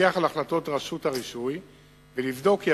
לפקח על החלטות רשות הרישוי ולבדוק כי